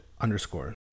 underscore